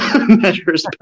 measures